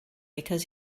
because